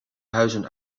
huizen